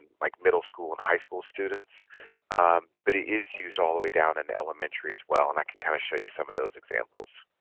like middle school and high school students but it is used all the way down in elementary as well and i can kind of show you some of those examples